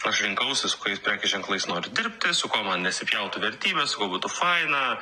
aš rinkausi su kuriais prekės ženklais noriu dirbti su kuo man nesipjautų vertybės su kuo būtų faina